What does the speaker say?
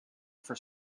for